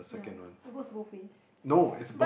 yeah it works both ways